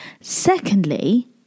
Secondly